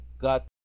got